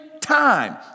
time